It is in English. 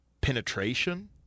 Penetration